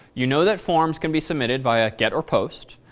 you know that forms can be submitted via get or post.